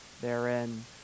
therein